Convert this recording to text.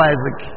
Isaac